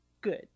good